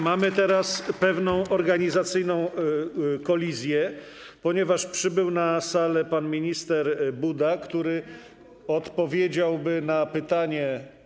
Mamy teraz pewną organizacyjną kolizję, ponieważ przybył na salę pan minister Buda, który odpowiedziałby na pytanie.